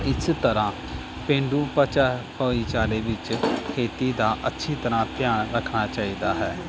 ਇਸ ਤਰ੍ਹਾਂ ਪੇਂਡੂ ਪਚਾ ਭਾਈਚਾਰੇ ਵਿੱਚ ਖੇਤੀ ਦਾ ਅੱਛੀ ਤਰ੍ਹਾਂ ਧਿਆਨ ਰੱਖਣਾ ਚਾਹੀਦਾ ਹੈ